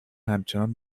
همچنان